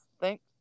thanks